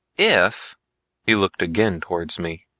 if he looked again towards me.